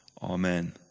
Amen